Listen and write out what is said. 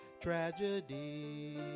tragedy